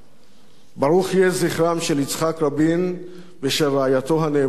ברוך יהיה זכרם של יצחק רבין ושל רעייתו הנאמנה לאה,